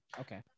Okay